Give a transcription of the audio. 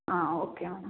ಹಾಂ okay madam